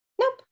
Nope